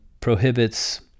prohibits